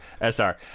SR